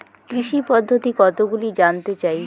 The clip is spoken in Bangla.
কৃষি পদ্ধতি কতগুলি জানতে চাই?